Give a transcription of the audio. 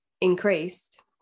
increased